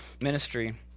ministry